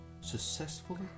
Successfully